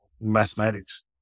mathematics